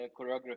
choreography